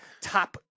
top